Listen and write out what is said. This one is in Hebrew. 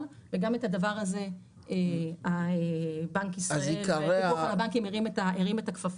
וגם את הדבר הזה בנק ישראל והפיקוח על הבנקים הרים את הכפפה.